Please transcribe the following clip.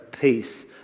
peace